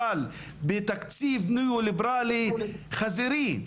אבל בתקציב ניאו ליברלי חזירי,